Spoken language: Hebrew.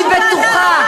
דברים שנאמרו,